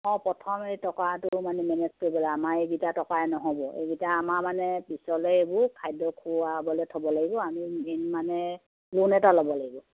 অঁ প্ৰথম এই টকাটো মানে মেনেজ কৰিবলৈ আমাৰ এইকেইটা টকাই নহ'ব এইকেইটা আমাৰ মানে পিছলে এইবোৰ খাদ্য খুৱাবলৈ থ'ব লাগিব আমি মেইন মানে লোন এটা ল'ব লাগিব